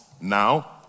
now